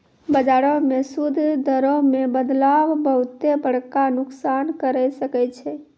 बजारो मे सूद दरो मे बदलाव बहुते बड़का नुकसान करै सकै छै